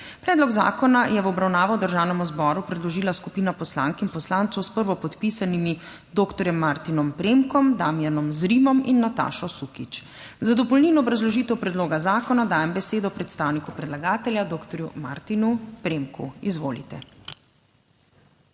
Predlog zakona je v obravnavo Državnemu zboru predložila skupina poslank in poslancev s prvopodpisanim doktorjem Martinom Premkom, Damjanom Zrimom in Natašo Sukič! Za dopolnilno obrazložitev predloga zakona dajem besedo predstavniku predlagatelja, doktorju Martinu Premku. Izvolite.